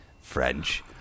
French